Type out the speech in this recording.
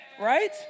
Right